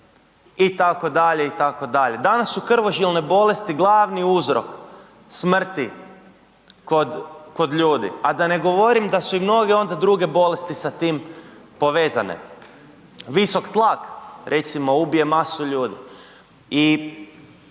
itd., itd. Danas su krvožilne bolesti glavni uzrok smrti kod ljudi, a da ne govorim da su i mnoge onda druge bolesti sa tim povezane, visok tlak recimo ubije masu ljudi.